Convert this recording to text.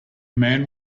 man